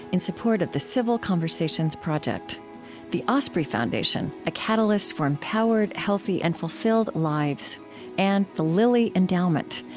in support of the civil conversations project the osprey foundation a catalyst for empowered, healthy, and fulfilled lives and the lilly endowment,